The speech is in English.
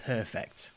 Perfect